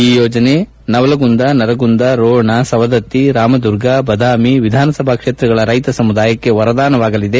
ಈ ಯೋಜನೆ ನವಲಗುಂದ ನರಗುಂದ ರೋಣ ಸವದತ್ತಿ ರಾಮದುರ್ಗ ಬದಾಮಿ ವಿಧಾನಸಭಾ ಕ್ಷೇತ್ರಗಳ ರೈತ ಸಮುದಾಯಕ್ಕೆ ವರದಾನವಾಗಲಿದೆ